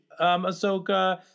Ahsoka